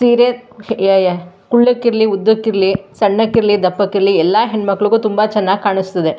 ಸೀರೆ ಏ ಏ ಕುಳ್ಳಕಿರಲಿ ಉದ್ದಕಿರಲಿ ಸಣ್ಣಕಿರಲಿ ದಪ್ಪಕಿರಲಿ ಎಲ್ಲ ಹೆಣ್ಣುಕ್ಳಿಗೂ ತುಂಬ ಚೆನ್ನಾಗಿ ಕಾಣಿಸ್ತದೆ